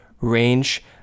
range